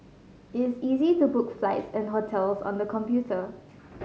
it's easy to book flights and hotels on the computer